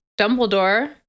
Dumbledore